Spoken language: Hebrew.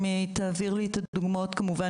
אם היא תעביר לי את הדוגמאות כמובן